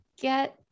get